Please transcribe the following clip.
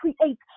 creates